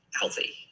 healthy